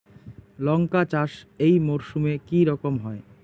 লঙ্কা চাষ এই মরসুমে কি রকম হয়?